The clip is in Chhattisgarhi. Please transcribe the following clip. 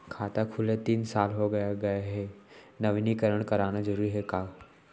खाता खुले तीन साल हो गया गये हे नवीनीकरण कराना जरूरी हे का?